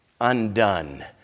undone